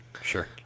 sure